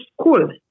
school